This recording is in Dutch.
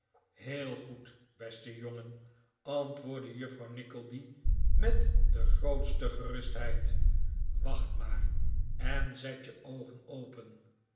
heel goed beste jongen antwoordde juffrouw nickleby met de grootste gerustheid wacht maar en zet je oogen open